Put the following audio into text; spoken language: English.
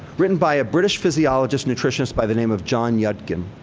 written by a british physiologist nutritionist by the name of john yudkin,